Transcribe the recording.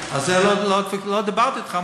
על זה לא דיברתי אתך.